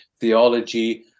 theology